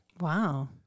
Wow